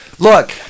Look